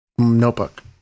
Notebook